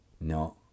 no